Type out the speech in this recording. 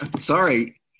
Sorry